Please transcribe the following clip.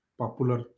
popular